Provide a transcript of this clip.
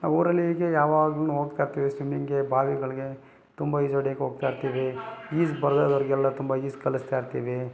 ನಾವು ಊರಲ್ಲಿ ಹೀಗೆ ಯಾವಾಗ್ಲು ಹೋಗ್ತಾ ಇರ್ತೀವಿ ಸ್ವಿಮ್ಮಿಂಗ್ಗೆ ಬಾವಿಗಳಿಗೆ ತುಂಬ ಈಜು ಹೊಡಿಯಕ್ಕೆ ಹೋಗ್ತಾ ಇರ್ತೀವಿ ಈಜು ಬರದೆ ಇರೋರಿಗೆಲ್ಲ ತುಂಬ ಈಜು ಕಲಿಸ್ತಾ ಇರ್ತೀವಿ